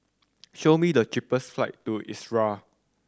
show me the cheapest flight to Israel